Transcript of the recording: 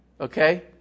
Okay